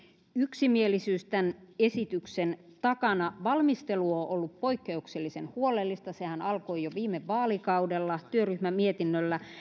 yksimielisyys tämän esityksen takana valmistelu on on ollut poikkeuksellisen huolellista sehän alkoi jo viime vaalikaudella työryhmämietinnöllä